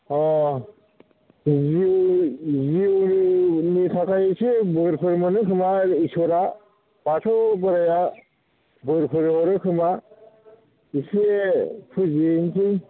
अह जिउ जिउनि थाखाय इसे बोरफोर मोनो खोमा इसोरा बाथौ बोराइआ बोरफोर हरो खोमा इसे फुजिहैसै